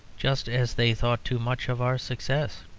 just as they thought too much of our success.